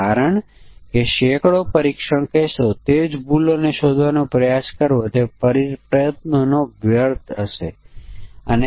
આ 2 પરિમાણો છે જે ફંક્શન લે છે શિક્ષણનાં વર્ષો જે 1 થી 23 અને વય 1 થી 100 હોઈ શકે છે